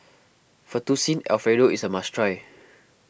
Fettuccine Alfredo is a must try